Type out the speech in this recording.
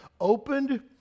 opened